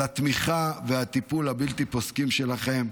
על התמיכה והטיפול הבלתי-פוסקים שלכם,